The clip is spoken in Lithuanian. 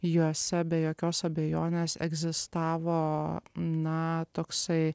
juose be jokios abejonės egzistavo na toksai